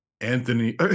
anthony